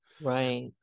Right